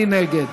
מי נגד?